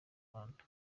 rwanda